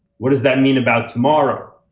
what does that mean about tomorrow,